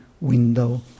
window